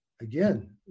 Again